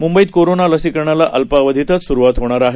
मुंबईतकोरोनालसीकरणालाअल्पावधीतचसुरुवातहोणारआहे